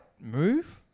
move